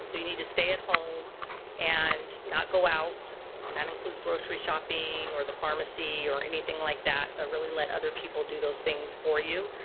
um so you need to stay at home and not go out and that includes grocery shopping or the pharmacy or anything like that but ah really let other people do those things for you